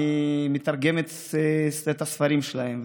אני מתרגמת את הספרים שלהם,